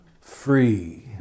free